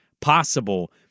possible